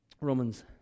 Romans